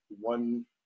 one